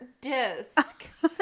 disc